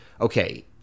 okay